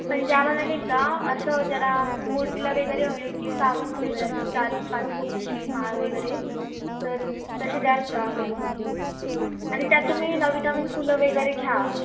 म्हणजे आम्हाला नाही का असं जरा मूर्तीला वगैरे हवी होती सहा फूट वगैरे अशी चार पाच फूटची माळ वगैरे तर तसे द्याल का करून आणि त्यात तुम्ही नवीन नवीन फुलं वगैरे घ्या